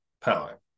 power